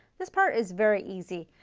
this part is very easy,